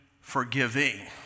forgiving